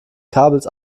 kabels